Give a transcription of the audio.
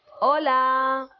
ola!